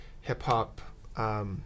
hip-hop